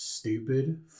Stupid